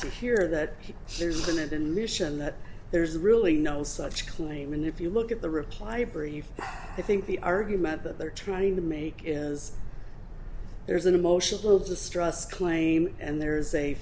to hear that there's been an admission that there's really no such claim and if you look at the reply brief i think the argument that they're trying to make is there's an emotional distress claim and there is a